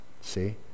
see